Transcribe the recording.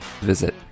visit